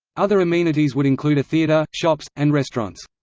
other amenities would include a theater, shops, and restaurants.